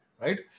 right